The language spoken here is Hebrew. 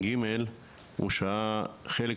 ג׳ - עיקר הזמן בו הוא שהה בתחנה,